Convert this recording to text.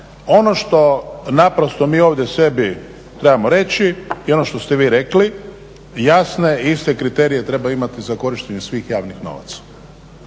ono što naprosto mi ovdje sebi trebalo reći i ono što ste vi rekli, jasne i iste kriterije treba imati za korištenje svih javnih novaca,